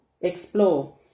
explore